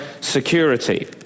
security